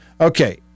Okay